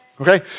Okay